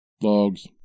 Logs